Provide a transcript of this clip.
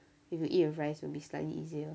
if you eat with rice will be slightly easier